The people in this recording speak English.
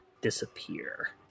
disappear